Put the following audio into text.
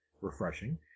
refreshing